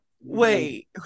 wait